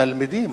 תלמידים.